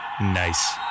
Nice